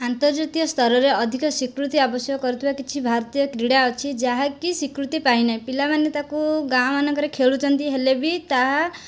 ଆନ୍ତର୍ଜାତୀୟ ସ୍ତରରେ ଅଧିକ ସ୍ୱୀକୃତି ଆବଶ୍ୟକ କରୁଥିବା କିଛି ଭାରତୀୟ କ୍ରୀଡ଼ା ଅଛି ଯାହାକି ସ୍ୱୀକୃତି ପାଇନାହିଁ ପିଲାମାନେ ତାକୁ ଗାଁମାନଙ୍କରେ ଖେଳୁଛନ୍ତି ହେଲେ ବି ତାହା